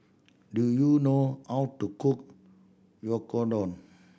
do you know how to cook Oyakodon